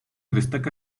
destaca